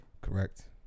Correct